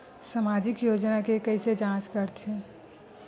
सामाजिक योजना के कइसे जांच करथे?